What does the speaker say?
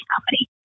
company